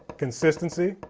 consistency.